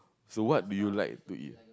so what do you like to eat